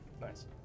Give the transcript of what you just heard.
Nice